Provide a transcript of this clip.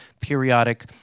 periodic